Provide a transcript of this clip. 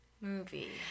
movie